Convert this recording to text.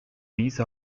these